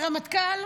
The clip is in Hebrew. הרמטכ"ל,